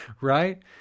right